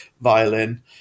violin